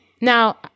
now